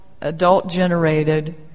adult-generated